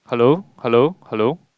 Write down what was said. hello hello hello